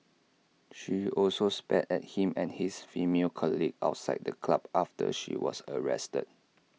she also spat at him and his female colleague outside the club after she was arrested